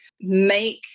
make